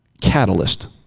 catalyst